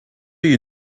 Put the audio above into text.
you